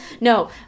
No